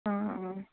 অঁ অঁ